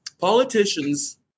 politicians